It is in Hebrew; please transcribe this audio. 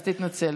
אז תתנצל.